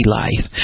life